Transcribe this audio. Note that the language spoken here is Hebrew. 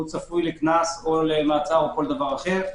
הוא צפוי לקנס או למעצר או לכל דבר אחר.